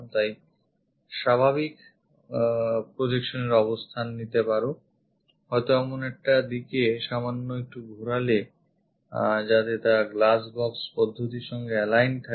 তাই স্বাভাবিক projection অবস্থান নাও হয়তো এমন একটা দিকে সামান্য একটু ঘোরালে যাতে তা glass box পদ্ধতির সঙ্গে aligned থাকে